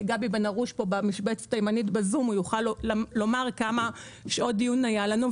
גבי בן הרוש פה בזום יוכל לומר כמה שעות דיון היו לנו.